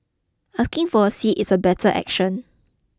asking for a seat is a better action